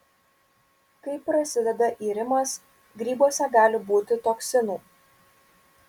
kai prasideda irimas grybuose gali būti toksinų